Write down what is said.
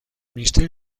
ministerio